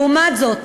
לעומת זאת,